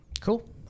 Cool